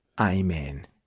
Amen